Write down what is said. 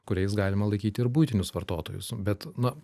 kuriais galima laikyti ir buitinius vartotojus bet na